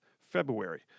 February